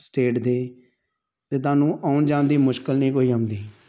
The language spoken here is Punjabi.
ਸਟੇਟ ਦੇ ਅਤੇ ਤੁਹਾਨੂੰ ਆਉਣ ਜਾਣ ਦੀ ਮੁਸ਼ਕਿਲ ਨਹੀਂ ਕੋਈ ਆਉਂਦੀ